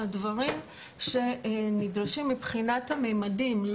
על הדברים שנדרשים מבחינת הממדים.